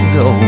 go